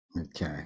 Okay